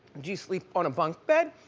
do you sleep on a bunk bed,